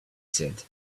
said